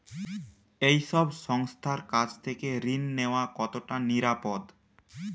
এই সব সংস্থার কাছ থেকে ঋণ নেওয়া কতটা নিরাপদ?